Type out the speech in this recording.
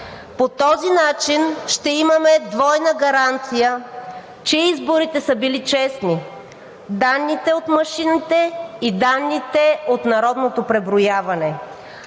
По този начин ще имаме двойна гаранция, че изборите са били честни – данните от машините и данните от народното преброяване.